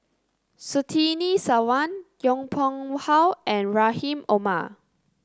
Surtini Sarwan Yong Pung How and Rahim Omar